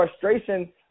frustration